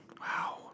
Wow